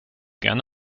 gern